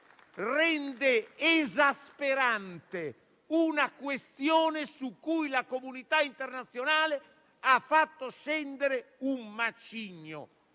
rende esasperante una questione su cui la comunità internazionale ha fatto scendere un macigno